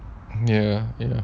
ya ya